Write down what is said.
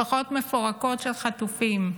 משפחות מפורקות של חטופים,